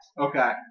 Okay